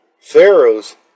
Pharaoh's